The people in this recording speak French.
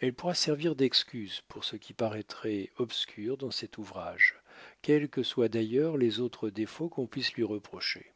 elle pourra servir d'excuse pour ce qui paraîtrait obscur dans cet ouvrage quels que soient d'ailleurs les autres défauts qu'on puisse lui reprocher